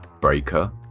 Breaker